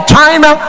China